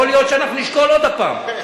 יכול להיות שאנחנו נשקול עוד פעם.